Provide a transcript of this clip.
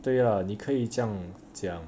对 lah 你可以将讲